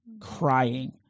crying